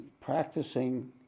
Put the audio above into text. practicing